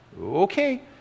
Okay